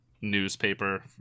newspaper